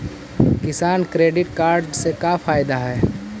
किसान credit card से का फायदा है?